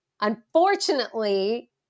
unfortunately